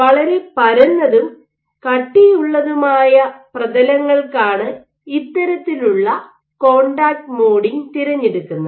വളരെ പരന്നതും കട്ടിയുള്ളതുമായ പ്രതലങ്ങൾക്കാണ് ഇത്തരത്തിലുള്ള കോൺടാക്റ്റ് മോഡിംഗ് തിരഞ്ഞെടുക്കുന്നത്